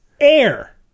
Air